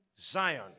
Zion